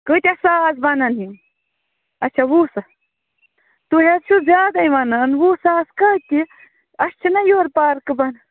کۭتیٛاہ ساس بَنن یِم اَچھا وُہ ساس تُہۍ حظ چھِو زیادَے وَنان وُہ ساس کَتہِ اَسہِ چھِنہٕ یورٕ پارکہٕ بَناو